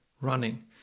running